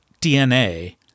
DNA